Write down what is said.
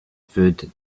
food